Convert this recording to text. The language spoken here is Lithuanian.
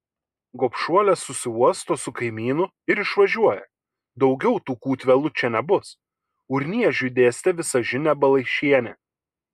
gobšuolė susiuosto su kaimynu ir išvažiuoja daugiau tų kūtvėlų čia nebus urniežiui dėstė visažinė balaišienė